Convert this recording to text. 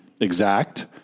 exact